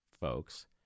folks